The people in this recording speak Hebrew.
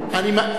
תודה רבה.